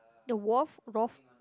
the wolf